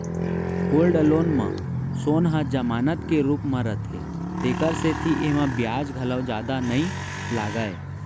gold loan म सोन ह जमानत के रूप म रथे तेकर सेती एमा बियाज घलौ जादा नइ लागय